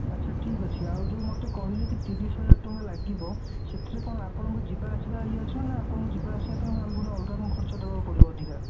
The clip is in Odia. ଆଚ୍ଛା ଠିକ୍ ଅଛି ଆଉ ଯୋଉ ମୋତେ କହିଲେକି ତିରିଶ ହଜାର ଟଙ୍କା ଲାଗିବ ସେଥିରେ କ'ଣ ଆପଣଙ୍କ ଯିବା ଆସିବା ଇଏ ଅଛି ନା ନା ଆପଣ ଯିବା ଆସିବା ପାଇଁ ଆମେ ପୁଣି ଅଲଗା କ'ଣ ଖର୍ଚ୍ଚ ଦେବାକୁ ପଡ଼ିବ ଅଧିକା